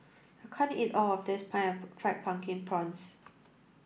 I can't eat all of this fried pumpkin prawns